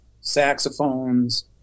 saxophones